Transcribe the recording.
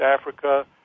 Africa